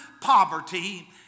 poverty